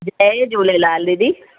जय झूलेलाल दीदी